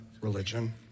religion